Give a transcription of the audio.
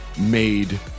made